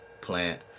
plant